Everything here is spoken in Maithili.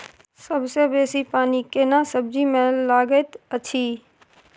सबसे बेसी पानी केना सब्जी मे लागैत अछि?